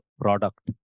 product